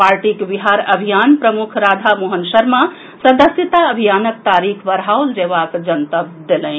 पार्टीक बिहार अभियान प्रमुख राधा मोहन शर्मा सदस्यता अभियानक तारीख बढ़ाओल जेबाक जनतब देलनि